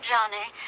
Johnny